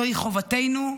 זוהי חובתנו.